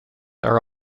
are